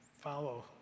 follow